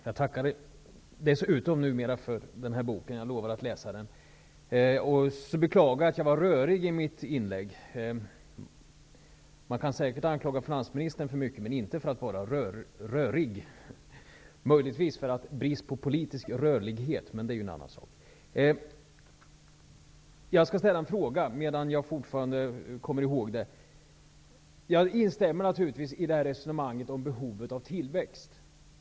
Herr talman! Jag tackar dessutom för boken. Jag lovar att läsa den. Jag beklagar att jag var rörig i mitt inlägg. Man kan säkert anklaga finansministern för mycket, men inte för att vara rörig -- möjligvis för brist på politisk rörlighet. Men det är en annan sak. Jag instämmer naturligtvis i resonemanget om behovet av tillväxt.